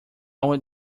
want